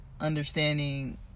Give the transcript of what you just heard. understanding